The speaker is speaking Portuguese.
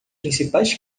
principais